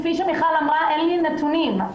כמו שמיכל אמרה, אין לי נתונים.